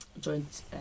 joint